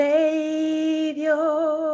Savior